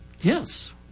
Yes